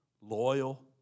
loyal